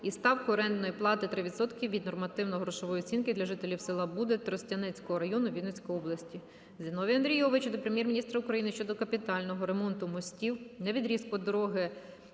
із ставкою орендної плати 3 відсотки від нормативно-грошової оцінки для жителів села Буди Тростянецького району Вінницької області. Зіновія Андрійовича до Прем'єр-міністра України щодо капітального ремонту мостів на відрізку дороги